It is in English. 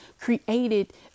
created